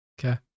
Okay